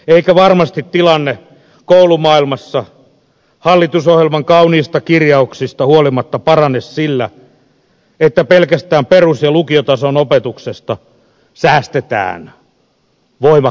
eikä varmasti tilanne koulumaailmassa hallitusohjelman kauniista kirjauksista huolimatta parane sillä että pelkästään perus ja lukiotason opetuksesta säästetään voimakkaalla kädellä